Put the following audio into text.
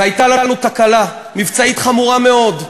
והייתה לנו תקלה מבצעית חמורה מאוד,